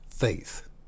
faith